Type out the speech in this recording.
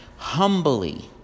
Humbly